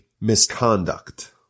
misconduct